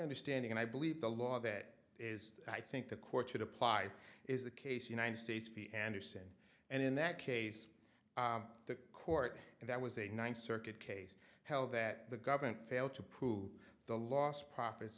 understanding and i believe the law that is i think the courts should apply is the case united states v andersen and in that case the court that was a ninth circuit case held that the government failed to prove the lost profits